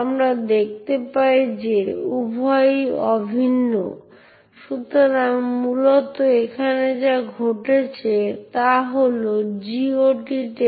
তাই আমরা এই বক্তৃতায় দেখতে পাই ইউনিক্স অ্যাক্সেস নিয়ন্ত্রণ পদ্ধতিতে বিভিন্ন সমস্যা রয়েছে এবং তাই অনেকগুলি ইউনিক্স ফ্লেভার আসলে ইনফর্মেশন ফ্লো পলিসি নামে পরিচিত কিছু ব্যবহার করে অনেক ভালো অ্যাক্সেস কন্ট্রোল নীতিতে স্থানান্তরিত হয়েছে